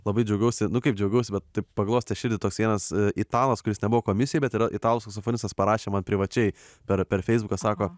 labai džiaugiausi kaip džiaugiausi bet taip paglostė širdį toks vienas italas kuris nebuvo komisijoj bet yra italų saksofonistas parašė man privačiai per per feisbuką sako